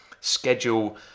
schedule